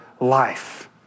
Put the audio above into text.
life